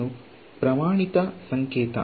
ಆಗ ನಾನು ಚತುರ್ಭುಜ ನಿಯಮವನ್ನು ಬದಲಾಯಿಸಬೇಕೇ